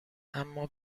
اما